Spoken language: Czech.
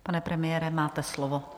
Pane premiére, máte slovo.